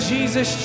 Jesus